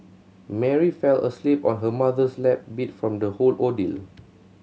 Mary fell asleep on her mother's lap beat from the whole ordeal